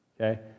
Okay